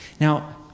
Now